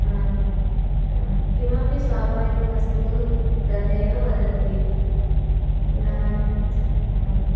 किमपि स्वाभाविकमस्ति खलु तदेव वदन्ति पुनः अहं